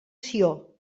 sió